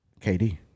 KD